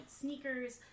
sneakers